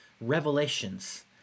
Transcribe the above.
revelations